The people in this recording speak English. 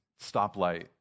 stoplight